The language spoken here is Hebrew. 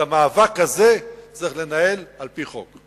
את המאבק הזה צריך לנהל על-פי חוק.